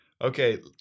Okay